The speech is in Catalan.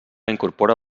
incorpora